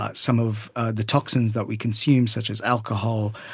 ah some of the toxins that we consume such as alcohol,